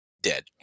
dead